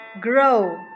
Grow